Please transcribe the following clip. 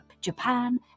Japan